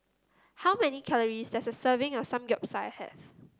how many calories does a serving of Samgyeopsal have